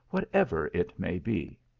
whatever it may be.